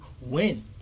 win